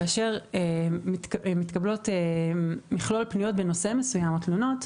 כאשר מתקבלות מכלול פניות בנושא מסוים או תלונות,